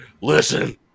Listen